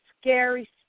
scary